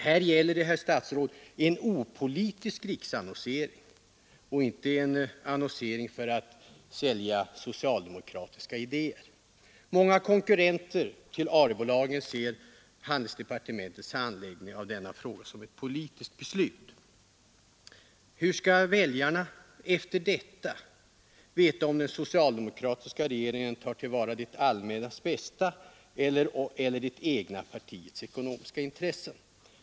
Här gäller det, herr statsråd, en opolitisk riksannonsering och inte en annonsering för att sälja socialdemokratiska idéer. Många konkurrenter till Arebolagen ser handelsdepartementets handläggning av denna fråga som ett politiskt beslut. Hur skall väljarna efter detta kunna veta, om den socialdemokratiska regeringen tar till vara det allmännas bästa eller det egna partiets ekonomiska intressen?